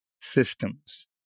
systems